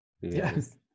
Yes